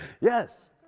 Yes